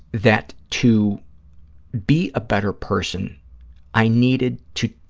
that to be a better person i needed to,